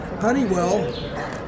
Honeywell